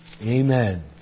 amen